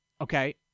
okay